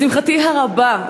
לשמחתי הרבה,